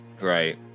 Right